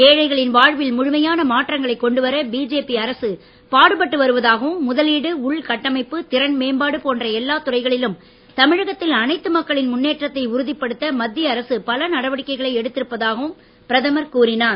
ஏழைகளின் வாழ்வில் முழுமையான மாற்றங்களை கொண்டுவர பிஜேபி அரசு பாடுபட்டு வருவதாகவும் முதலீடு உள்கட்டமைப்பு திறன்மேம்பாடு போன்ற எல்லா துறைகளிலும் தமிழகத்தில் அனைத்து மக்களின் முன்னேற்றத்தை உறுதிப்படுத்த மத்திய அரசு பல நடவடிக்கைகளை எடுத்திருப்பதாகவும் பிரதமர் கூறினார்